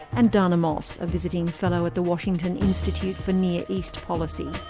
and dana moss a visiting fellow at the washington institute for near east policy.